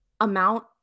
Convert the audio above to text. amount